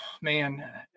man